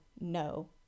no